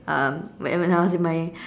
um when I when I was in my